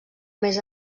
més